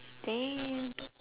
damn